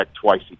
twice